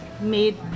made